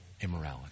immorality